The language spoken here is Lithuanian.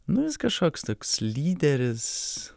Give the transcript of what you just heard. nu jis kažkoks toks lyderis